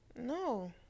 No